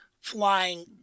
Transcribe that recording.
flying